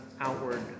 outward